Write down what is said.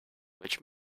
which